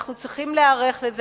אנחנו צריכים להיערך לזה.